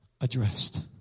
Addressed